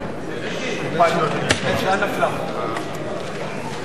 סעיף 1, כהצעת הוועדה, נתקבל.